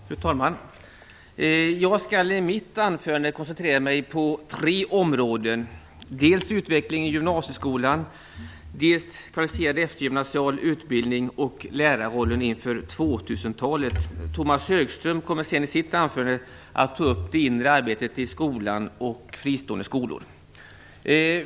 Fru talman! Jag skall i mitt anförande koncentrera mig på tre områden - utvecklingen i gymnasieskolan, kvalificerad eftergymnasial utbildning och lärarrollen inför 2000-talen. Tomas Högström kommer sedan i sitt anförande att ta upp det inre arbetet i skolan och fristående skolor.